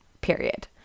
period